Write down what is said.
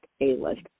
A-list